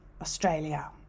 Australia